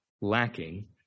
lacking